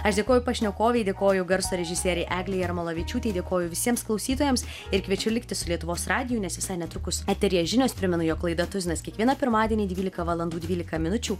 aš dėkoju pašnekovei dėkoju garso režisierei eglei jarmolavičiūtei dėkoju visiems klausytojams ir kviečiu likti su lietuvos radiju nes visai netrukus eteryje žinios primenu jog laida tuzinas kiekvieną pirmadienį dvylika valandų dvylika minučių